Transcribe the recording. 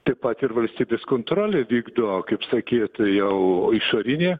taip pat ir valstybės kontrolė vykdo kaip sakyt jau išorinį